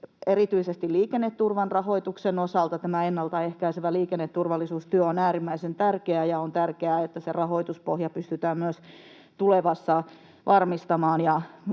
erityisesti liikenneturvan rahoituksen osalta. Tämä ennalta ehkäisevä liikenneturvallisuustyö on äärimmäisen tärkeää, ja on tärkeää, että se rahoituspohja pystytään myös tulevassa varmistamaan.